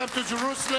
welcome to Jerusalem,